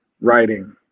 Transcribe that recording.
writing